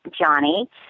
Johnny